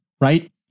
Right